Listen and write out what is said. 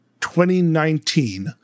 2019